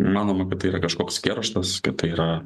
manoma kad tai yra kažkoks kerštas kad tai yra